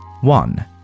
One